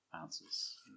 answers